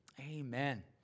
Amen